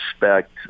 respect